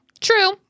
True